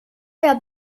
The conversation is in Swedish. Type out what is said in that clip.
jag